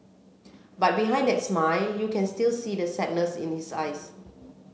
but behind that smile you can still see the sadness in his eyes